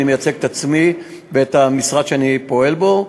אני מייצג את עצמי ואת המשרד שאני פועל בו,